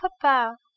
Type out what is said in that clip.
papa